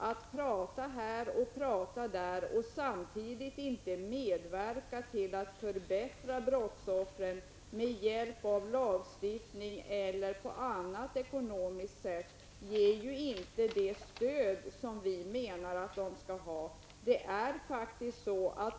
Herr talman! Det är så, som tidigare har framkommit i kammaren, att statsministern i regeringsförklaringen har uttalat sig till förmån för brottsoffren. Nu säger Sigrid Bolkéus att justitieministern har uttalat sig till förmån för brottsoffren i TV och på andra sätt. Allt detta är ju lovvärt, men det är faktiskt handling som räknas. Att prata hit och dit utan att samtidigt medverka till att förbättra brottsoffrens situation med hjälp av lagstiftning eller på annat ekonomiskt sätt, ger inte det stöd som vi menar att de skall ha.